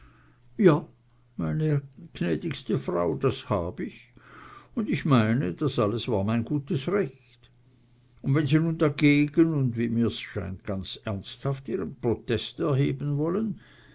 ja meine gnädigste frau das hab ich und ich meine das alles war mein gutes recht und wenn sie nun dagegen und wie mir's scheint ganz ernsthaft ihren protest erheben wollen